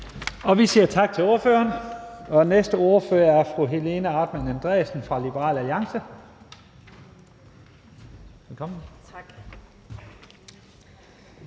Vi siger tak til ordføreren. Den næste ordfører er fru Helena Artmann Andresen fra Liberal Alliance. Velkommen. Kl.